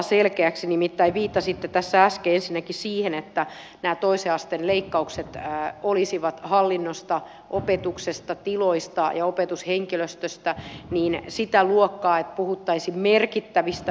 nimittäin viittasitte tässä äsken ensinnäkin siihen että nämä toisen asteen leikkaukset hallinnosta opetuksesta tiloista ja opetushenkilöstöstä olisivat sitä luokkaa että puhuttaisiin merkittävistä miljoonamääristä